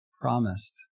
promised